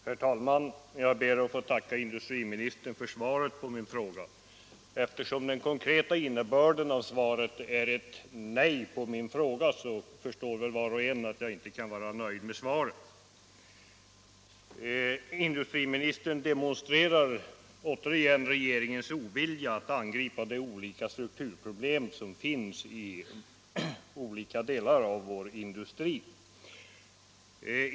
Herr talman! Jag ber att få tacka industriministern för svaret på min fråga. Eftersom den konkreta innebörden av svaret är ett nej på min fråga förstår väl var och en att jag inte kan vara nöjd med det. Industriministern demonstrerar återigen regeringens ovilja att angripa de strukturproblem som finns inom olika delar av vår industri.